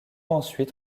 ensuite